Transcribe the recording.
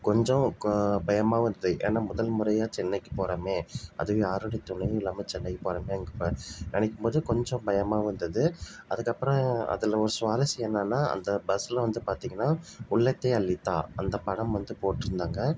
கொஞ்சம் பயமாகவும் இருந்தது ஏன்னா முதல்முறையாக சென்னைக்கு போகிறோமே அதுவும் யாருடைய துணையும் இல்லாமல் சென்னைக்கு போகிறோமே நினைக்கும்போது கொஞ்சம் பயமாகவும் இருந்தது அதுக்கப்புறம் அதில் ஒரு சுவாரஸ்யம் என்னென்னா அந்த பஸ்ஸில் வந்து பார்த்திங்கனா உள்ளத்தை அள்ளித்தா அந்த படம் வந்து போட்டுருந்தாங்க